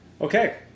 Okay